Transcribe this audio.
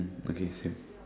okay same